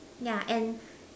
yeah and